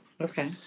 Okay